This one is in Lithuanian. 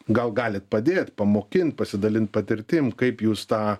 gal galit padėt pamokint pasidalint patirtim kaip jūs tą